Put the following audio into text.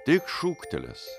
tik šūktelės